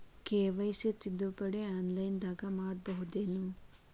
KYC ತಿದ್ದುಪಡಿ ಆನ್ಲೈನದಾಗ್ ಮಾಡ್ಬಹುದೇನು?